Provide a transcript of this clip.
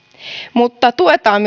mutta tuetaan